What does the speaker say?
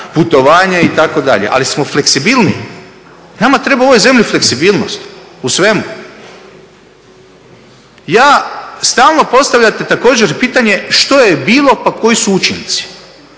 putovanja itd. ali smo fleksibilniji. Nama treba u ovoj zemlji fleksibilnost u svemu. Stalno postavljate također i pitanje što je bilo pa koji su učinci.